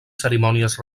cerimònies